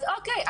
אוקיי,